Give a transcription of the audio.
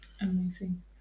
Amazing